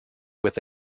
with